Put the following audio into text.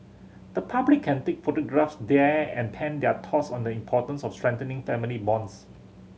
the public can take photographs there and pen their thoughts on the importance of strengthening family bonds